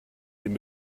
den